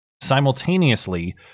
simultaneously